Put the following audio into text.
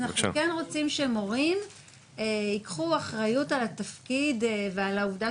אז אנחנו כן רוצים שמורים ייקחו אחריות על התפקיד ועל העובדה